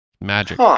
magic